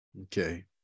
okay